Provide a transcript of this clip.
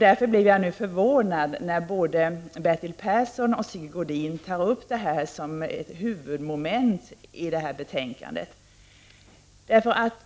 Därför blir jag förvånad när både Bertil Persson och Sigge Godin nu tar upp denna fråga som ett huvudmoment i betänkandet.